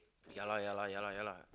ya lah ya lah ya lah